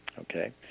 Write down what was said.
Okay